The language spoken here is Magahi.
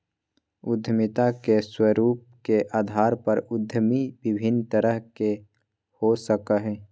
उद्यमिता के स्वरूप के अधार पर उद्यमी विभिन्न तरह के हो सकय हइ